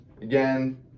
again